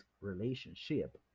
relationship